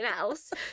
else